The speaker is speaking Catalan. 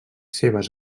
seves